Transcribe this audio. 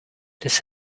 this